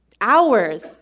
hours